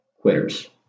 quitters